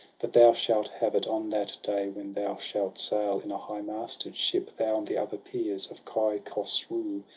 but thou shalt have it on that day. when thou shalt sail in a high-masted ship. thou and the other peers of kai khosroo,